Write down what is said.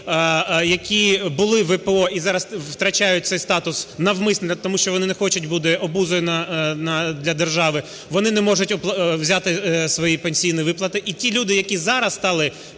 які були ВПО і зараз втрачають цей статус навмисно, тому що вони не хочуть бути обузою для держави, вони не можуть взяти свої пенсійні виплати. І ті люди, які зараз стали